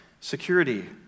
security